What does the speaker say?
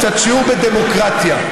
שיעור בדמוקרטיה: